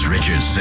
Richard